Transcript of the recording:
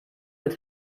mit